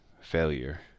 failure